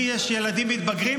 לי יש ילדים מתבגרים,